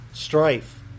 Strife